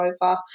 over